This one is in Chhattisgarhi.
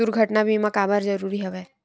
दुर्घटना बीमा काबर जरूरी हवय?